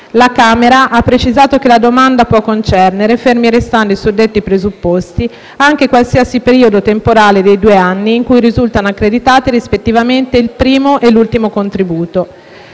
la Camera ha precisato che la domanda può concernere, fermi restando i suddetti presupposti, anche qualsiasi periodo temporale dei due anni in cui risultano accreditati, rispettivamente, il primo e l'ultimo contributo.